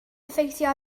effeithio